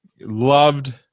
loved